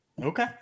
Okay